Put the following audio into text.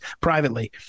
privately